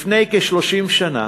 לפני כ-30 שנה